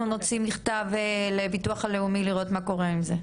נפנה למוסד לביטוח לאומי על מנת לבדוק מה קורה עם זה.